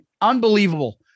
unbelievable